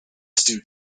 stew